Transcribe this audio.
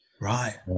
Right